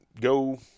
go